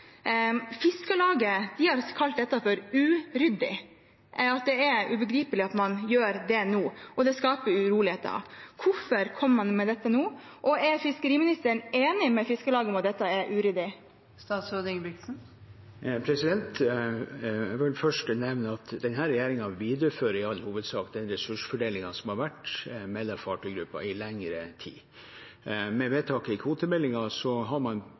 ubegripelig at man gjør det nå, og det skaper uroligheter. Hvorfor kommer man med dette nå? Er fiskeriministeren enig med Fiskarlaget i at dette er uryddig? Jeg vil først nevne at denne regjeringen i all hovedsak viderefører den ressursfordelingen som har vært mellom fartøygrupper i lengre tid. Med vedtaket som ble gjort i forbindelse med behandlingen av kvotemeldingen, har man